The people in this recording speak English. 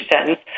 sentence